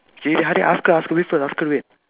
K Harid ask her ask her wait ask her wait